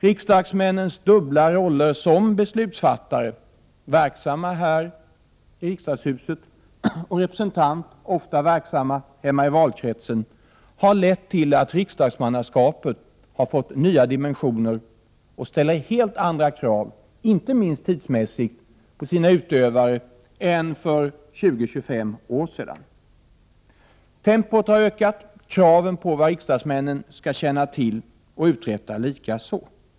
Riksdagsmännens dubbla roller som beslutsfattare, verksamma här i riksdagshuset, och som representanter, ofta verksamma hemma i valkret sen, har lett till att riksdagsmannaskapet fått nya dimensioner och ställer helt andra krav, inte minst tidsmässigt, på sina utövare än för 20-25 år sedan. Tempot har ökat, kraven på vad riksdagsmännen skall känna till och uträtta likaså.